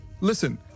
listen